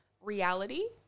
reality